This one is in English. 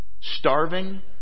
starving